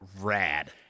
rad